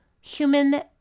human